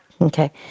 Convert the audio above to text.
Okay